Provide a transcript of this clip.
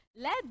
let